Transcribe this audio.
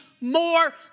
more